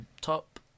Top